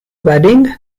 wedding